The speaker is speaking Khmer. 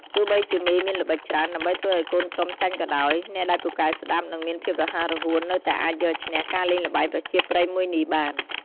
ទោះបីជាមេមានល្បិចច្រើន ដើម្បីធ្វើឱ្យកូនក្រុមចាញ់ក៏ដោយ អ្នកដែលពូកែស្ដាប់ និង មានភាពរហ័សរហួននៅតែអាចយកឈ្នះការលែងល្បែងប្រជាប្រិយមួយនេះបាន។